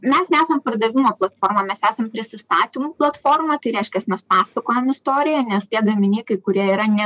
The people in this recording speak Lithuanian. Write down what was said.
mes nesam pardavimo platforma mes esam prisistatymų platforma tai reiškias mes pasakojam istoriją nes tie gaminiai kurie yra ne